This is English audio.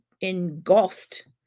engulfed